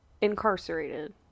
incarcerated